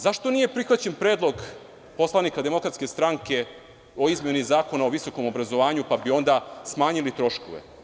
Zašto nije prihvaćen predlog poslanika DS o Izmeni zakona o visokom obrazovanju, pa bi onda smanjili troškove.